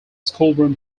schoolroom